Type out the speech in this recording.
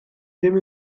ddim